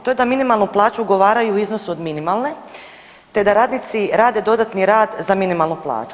To je da minimalnu plaću ugovaraju u iznosu od minimalne te da radnici rade dodatni rad za minimalnu plaću.